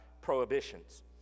prohibitions